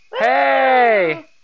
Hey